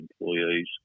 employees